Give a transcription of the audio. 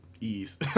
ease